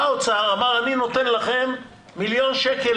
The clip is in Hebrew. בא האוצר ואמר, אני נותן לכם מיליון שקלים,